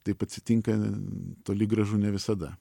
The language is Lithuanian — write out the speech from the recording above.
taip atsitinka toli gražu ne visada